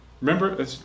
remember